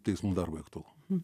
teismų darbui aktualu